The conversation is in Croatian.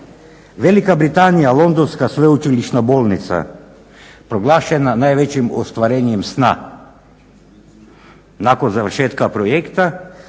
Velika Britanija, Londonska sveučilišna bolnica, proglašena najvećim ostvarenjem sna. Nakon završetka projekta